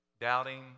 doubting